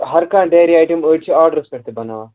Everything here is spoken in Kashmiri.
ہَر کانٛہہ ڈایری آیٹَم أڑۍ چھِ آڈرَس پٮ۪ٹھ تہِ بَناوان